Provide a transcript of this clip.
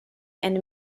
and